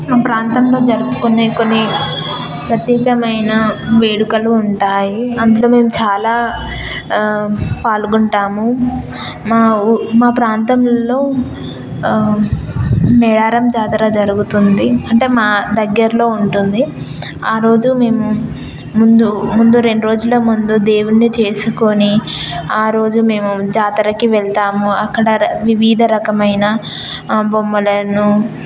మా ప్రాంతంలో జరుపుకునే కొన్ని ప్రత్యేకమైన వేడుకలు ఉంటాయి అందులో మేము చాలా పాల్గొంటాము మా ఊ మా ప్రాంతంలో మేడారం జాతర జరుగుతుంది అంటే మా దగ్గరలో ఉంటుంది ఆ రోజు మేము ముందు ముందు రెండు రోజుల ముందు దేవుణ్ణి చేసుకొని ఆరోజు మేము జాతరకి వెళ్తాము అక్కడ వివిధ రకమైన బొమ్మలను